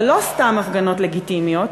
ולא סתם הפגנות לגיטימיות,